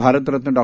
Bharat Ratna Dr